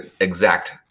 exact